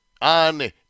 On